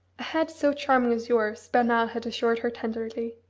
a head so charming as yours, bernard had assured her tenderly,